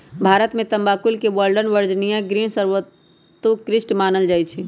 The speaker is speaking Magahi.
भारत में तमाकुल के गोल्डन वर्जिनियां ग्रीन सर्वोत्कृष्ट मानल जाइ छइ